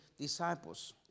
disciples